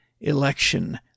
election